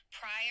prior